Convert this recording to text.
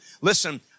listen